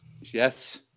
Yes